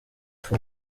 for